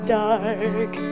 dark